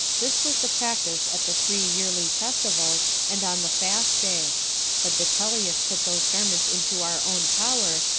this was the practice at the three yearly festivals, and on the fast day but vitellius put those garments into our own power,